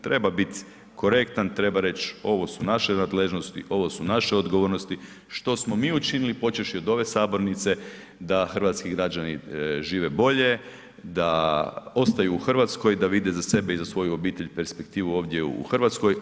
Treba biti korektan, treba reći ovo su naše nadležnosti, ovo su naše odgovornosti što smo mi učinili počevši od ove sabornice da hrvatski građani žive bolje, da ostanu u Hrvatskoj da vide za sebe i za svoju obitelj perspektivu ovdje u Hrvatskoj.